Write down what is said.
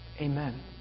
Amen